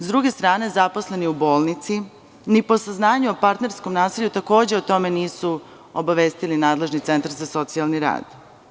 S druge strane, zaposleni u bolnici ni po saznanju o partnerskom nasilju takođe o tome nisu obavestili nadležni centar za socijalni rad.